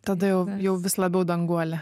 tada jau jau vis labiau danguolė